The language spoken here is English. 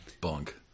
bunk